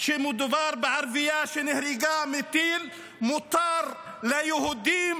בערביה שנהרגה מטיל מותר ליהודים